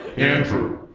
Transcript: andrew,